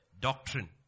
doctrine